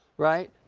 right?